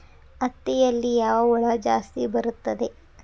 ಹತ್ತಿಯಲ್ಲಿ ಯಾವ ಹುಳ ಜಾಸ್ತಿ ಬರುತ್ತದೆ?